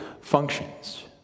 functions